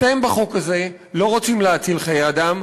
אתם בחוק הזה לא רוצים להציל חיי אדם,